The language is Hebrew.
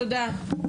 תודה.